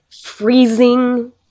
freezing